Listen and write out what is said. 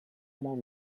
more